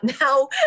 now